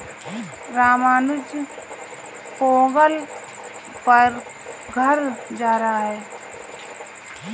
रामानुज पोंगल पर घर जा रहा है